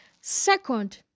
Second